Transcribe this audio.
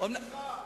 נהנינו ממך.